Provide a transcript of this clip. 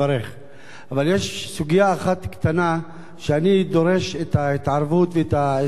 אבל יש סוגיה אחת קטנה שאני דורש את ההתערבות ואת העזרה שלך בה,